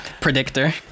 Predictor